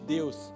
Deus